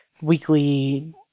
weekly